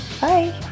Bye